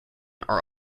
are